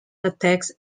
attacks